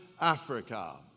Africa